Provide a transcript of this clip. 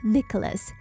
Nicholas